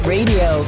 Radio